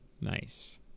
nice